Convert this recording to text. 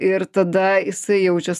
ir tada jisai jaučias